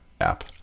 app